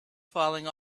falling